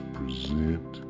present